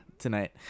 Tonight